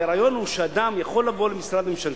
כי הרעיון הוא שאדם יכול לבוא למשרד ממשלתי,